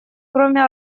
кроме